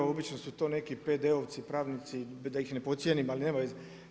Obično su to neki PD-ovci, pravnici, da ih ne podcijenim ali nema veze.